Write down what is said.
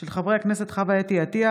של חברי הכנסת חוה אתי עטייה,